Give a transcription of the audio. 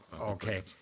Okay